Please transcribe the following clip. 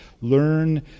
Learn